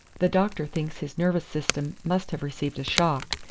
the doctor thinks his nervous system must have received a shock,